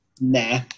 nah